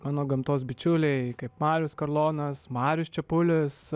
mano gamtos bičiuliai kaip marius karlonas marius čepulis